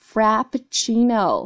Frappuccino